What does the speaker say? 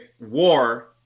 War